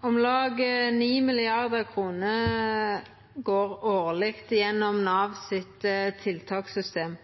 Om lag 9 mrd. kr går årleg gjennom Navs tiltakssystem.